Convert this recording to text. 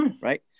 Right